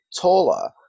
taller